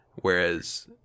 whereas